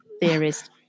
theories